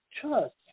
trust